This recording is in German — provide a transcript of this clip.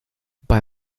bei